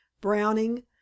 Browning